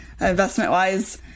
investment-wise